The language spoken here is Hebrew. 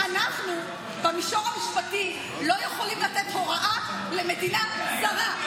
אנחנו במישור המשפטי לא יכולים לתת הוראה למדינה זרה.